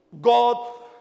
God